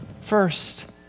first